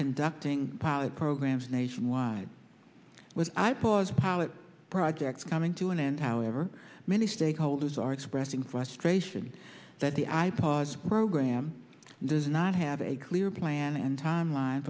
conducting pilot programs nationwide with i pause pilot projects coming to an end however many stakeholders are expressing frustration that the ipod's program does not have a clear plan and timeline